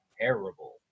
terrible